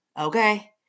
Okay